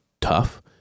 tough